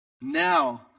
Now